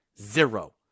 Zero